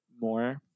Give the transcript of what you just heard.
more